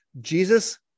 Jesus